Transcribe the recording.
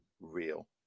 real